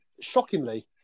shockingly